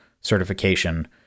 certification